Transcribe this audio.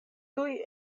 tuj